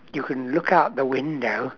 you can look out the window